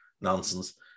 Nonsense